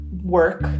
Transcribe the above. work